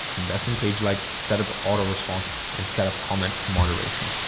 invest in page likes, set up auto response and set up comment moderation.